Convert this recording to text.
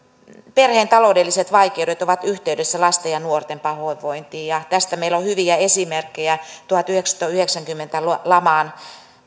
perheen taloudelliset vaikeudet ovat yhteydessä lasten ja nuorten pahoinvointiin ja tästä meillä on hyviä esimerkkejä tuhatyhdeksänsataayhdeksänkymmentä luvun laman